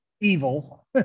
evil